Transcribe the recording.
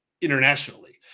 internationally